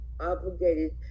obligated